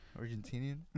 Argentinian